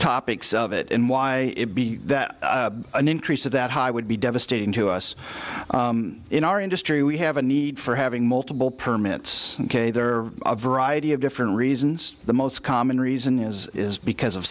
topics of it in why it be that an increase of that high would be devastating to us in our industry we have a need for having multiple permits ok there are a variety of different reasons the most common reason is is because of